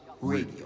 radio